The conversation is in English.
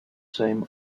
same